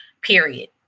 Period